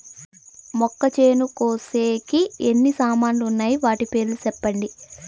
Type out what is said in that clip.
మొక్కచేను కోసేకి ఎన్ని సామాన్లు వున్నాయి? వాటి పేర్లు సెప్పండి?